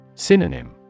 Synonym